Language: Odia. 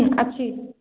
ଅଛି